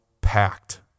packed